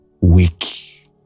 weak